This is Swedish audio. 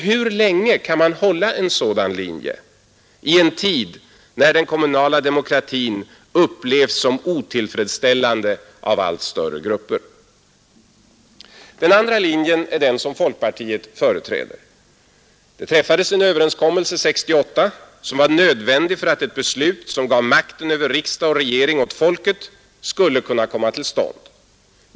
Hur länge kan man hålla en sådan linje i en tid när den kommunala demokratin upplevs som otillfredsställande av allt större grupper? Den andra linjen är den som folkpartiet företräder: Det träffades en överenskommelse 1968 som var nödvändig för att ett beslut som gav makten över riksdag och regering åt folket skulle kunna fattas.